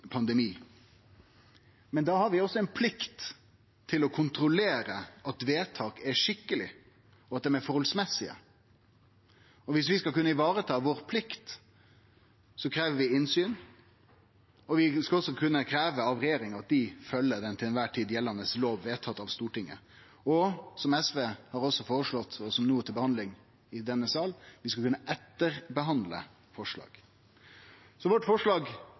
pandemi, men da har vi også ei plikt til å kontrollere at vedtak er skikkelege, og at det er samhøve. Viss vi skal kunne vareta vår plikt, krev vi innsyn. Vi skulle også kunne krevje av regjeringa at dei følgjer den loven som til kvar tid er vedtatt av Stortinget, og – som SV altså har føreslått, og som no er til behandling i denne sal – vi skal kunne etterbehandle forslag. Vårt forslag